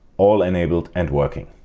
all enabled and working.